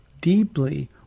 deeply